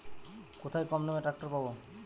কোথায় কমদামে ট্রাকটার পাব?